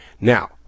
Now